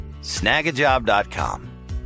snagajob.com